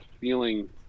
feeling